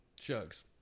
chugs